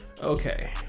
Okay